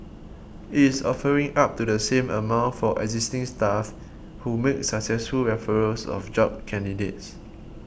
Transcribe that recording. it is offering up to the same amount for existing staff who make successful referrals of job candidates